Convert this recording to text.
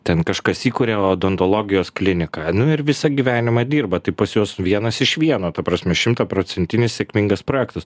ten kažkas įkuria odontologijos kliniką nu ir visą gyvenimą dirba tai pas juos vienas iš vieno ta prasme šimtaprocentinis sėkmingas projektas